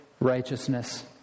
righteousness